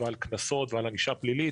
על קנסות ועל ענישה פלילית